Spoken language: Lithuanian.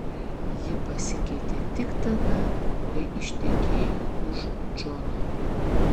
ji pasikeitė tik tada kai ištekėjo už džono